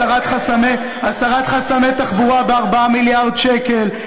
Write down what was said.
הסרת חסמי תחבורה ב-4 מיליארד שקל,